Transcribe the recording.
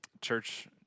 church